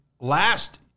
last